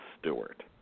Stewart